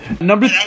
Number